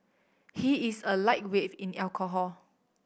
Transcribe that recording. he is a lightweight in alcohol